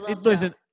Listen